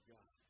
God